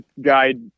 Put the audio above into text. guide